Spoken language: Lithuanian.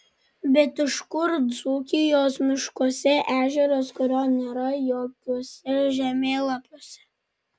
bet iš kur dzūkijos miškuose ežeras kurio nėra jokiuose žemėlapiuose